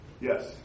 Yes